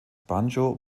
banjo